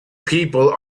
people